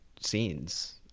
scenes